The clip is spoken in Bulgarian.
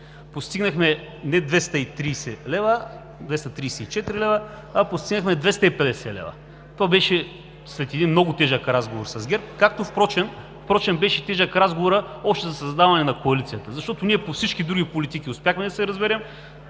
Постигнахме не 234 лв., а постигнахме 250 лв., след един много тежък разговор с ГЕРБ, както впрочем беше тежък разговорът още при създаването на коалицията, защото по всички други политики успяхме да се разберем.